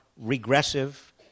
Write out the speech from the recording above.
regressive